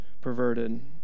perverted